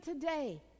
today